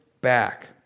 back